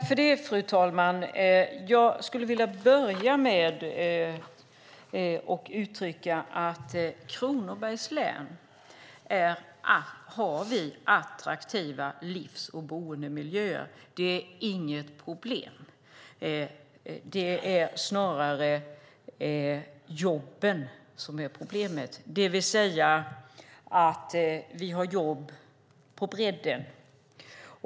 Fru talman! Jag skulle vilja börja med att uttrycka att vi i Kronobergs län har attraktiva livs och boendemiljöer. Det är inget problem. Det är snarare jobben som är problemet, det vill säga jobb på bredden.